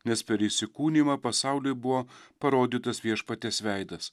nes per įsikūnijimą pasauliui buvo parodytas viešpaties veidas